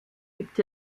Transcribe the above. gibt